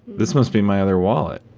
this must be my other wallet.